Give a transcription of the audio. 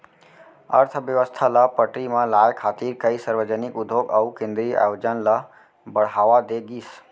अर्थबेवस्था ल पटरी म लाए खातिर कइ सार्वजनिक उद्योग अउ केंद्रीय आयोजन ल बड़हावा दे गिस